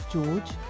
George